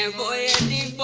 um ah in the